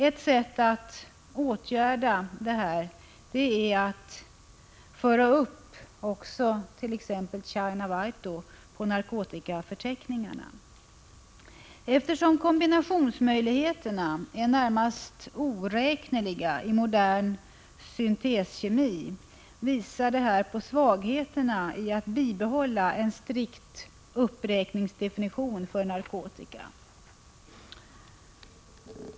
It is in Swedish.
Ett sätt att åtgärda detta är att uppföra även ”China White” i narkotikaförteckningarna. Eftersom kombinationsmöjligheterna är närmast oräkneliga i modern synteskemi, visar detta svagheten i att bibehålla en strikt uppräkningsdefinition beträffande narkotika.